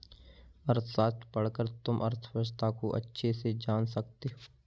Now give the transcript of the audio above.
अर्थशास्त्र पढ़कर तुम अर्थव्यवस्था को अच्छे से जान सकते हो